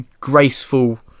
graceful